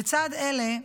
לצד אלה,